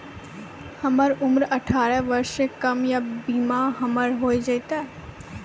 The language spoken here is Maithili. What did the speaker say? हमर उम्र अठारह वर्ष से कम या बीमा हमर हो जायत?